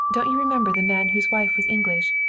don't you remember the man whose wife was english,